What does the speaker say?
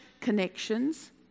connections